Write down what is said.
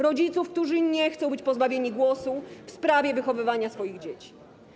Rodziców, którzy nie chcą być pozbawieni głosu w sprawie wychowywania swoich dzieci.